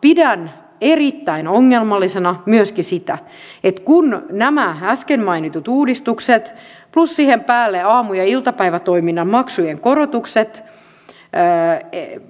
pidän erittäin ongelmallisena myöskin sitä että nämä äsken mainitut uudistukset plus siihen päälle aamu ja iltapäivätoiminnan maksujen korotukset